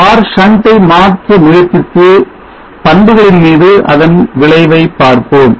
நாம் R shunt ஐ மாற்ற முயற்சித்து பண்புகளின் மீது அதன் விளைவை பார்ப்போம்